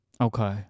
okay